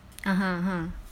aha ha